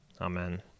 Amen